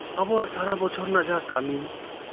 ᱟᱵᱩᱣᱟᱜ ᱥᱟᱨᱟ ᱵᱚᱪᱷᱚᱨ ᱨᱮᱱᱟᱜ ᱡᱟᱦᱟᱸ ᱠᱟᱹᱢᱤ